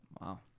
wow